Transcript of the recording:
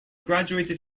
graduated